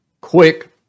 quick